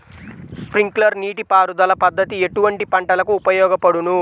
Sprinkler నీటిపారుదల పద్దతి ఎటువంటి పంటలకు ఉపయోగపడును?